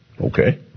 Okay